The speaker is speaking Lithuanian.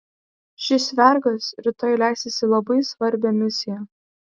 šis vergas rytoj leisis į labai svarbią misiją